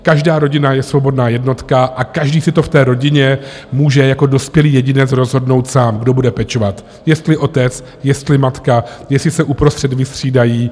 Každá rodina je svobodná jednotka a každý si to v té rodině může jako dospělý jedinec rozhodnout sám, kdo bude pečovat, jestli otec, jestli matka, jestli se uprostřed vystřídají.